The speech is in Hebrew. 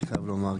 אני חייב לומר,